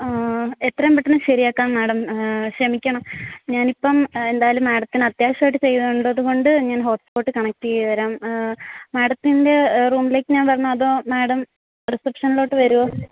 എത്രയും പെട്ടെന്ന് ശരിയാക്കാം മാഡം ക്ഷമിക്കണം ഞാനിപ്പം എന്തായാലും മേഡത്തിന് അത്യാവശ്യമായിട്ട് ചെയ്യേണ്ടത് കൊണ്ട് ഞാൻ ഹോട്ട്സ്പോട്ട് കണക്റ്റ് ചെയ്യ് തരാം മാഡത്തിൻ്റെ റൂമിലേക്ക് ഞാൻ വരണോ അതോ മാഡം റിസെപ്ഷൻലോട്ട് വരുമോ